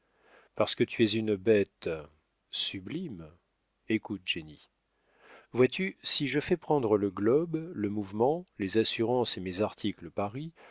parce que tu es une bête sublime écoute jenny vois-tu si je fais prendre le globe le mouvement les assurances et mes articles paris